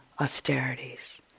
austerities